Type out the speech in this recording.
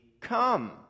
come